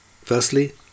Firstly